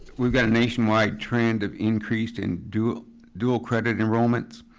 we've got a nationwide trend of increased and dual dual credit enrollments.